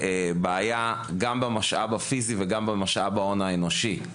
גם במשאב הפיזי וגם במשאב ההון האנושי.